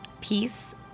Peace